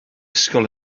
ysgol